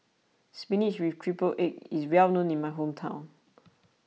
Spinach with Triple Egg is well known in my hometown